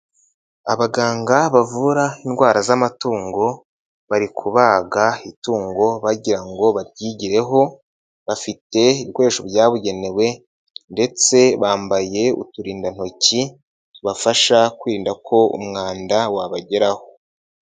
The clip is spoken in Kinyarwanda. Abaganga bavura indwara z'amatungo bari kubaga itungo bagira ngo baryigireho bafite ibikoresho byabugenewe ndetse bambaye uturindantoki tubafasha kwirinda ko umwanda wabageraho.